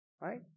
right